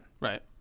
Right